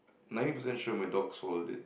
might have potential my dog swallowed it